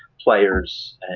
players